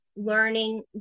learning